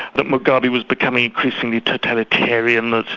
that mugabe was becoming increasingly totalitarianist,